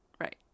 right